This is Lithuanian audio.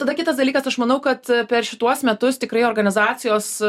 tada kitas dalykas aš manau kad per šituos metus tikrai organizacijos